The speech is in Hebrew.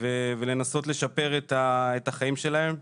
ולנסות לשפר את החיים שלהם.